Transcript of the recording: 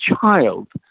child